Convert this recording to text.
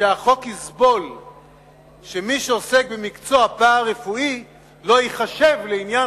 שהחוק יסבול שמי שיעסוק במקצוע פארה-רפואי לא ייחשב לעניין